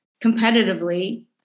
competitively